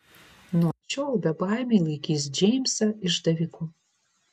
nuo šiol bebaimiai laikys džeimsą išdaviku